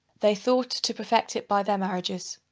they thought to perfect it by their marriages.